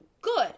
good